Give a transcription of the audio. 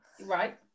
Right